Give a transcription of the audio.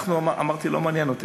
אמרתי: לא מעניין אותי.